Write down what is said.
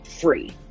free